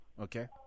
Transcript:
okay